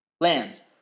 Land's